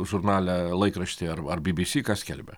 žurnale laikrašty ar ar bbc skelbia